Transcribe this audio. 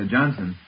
Johnson